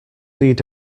need